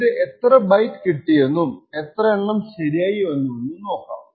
എന്നിട്ട് എത്ര ബൈറ്റ് കിട്ടിയെന്നും എത്ര എണ്ണം ശരിയായി വന്നുവെന്നും നോക്കാം